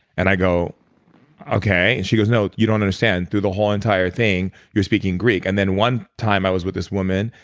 and i go okay. she goes, no, you don't understand. through the whole entire thing, you're speaking greek. and then, one time i was with this woman,